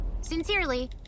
Sincerely